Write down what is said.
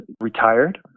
retired